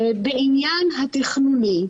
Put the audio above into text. בעניין התכנוני,